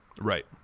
Right